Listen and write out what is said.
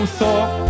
thought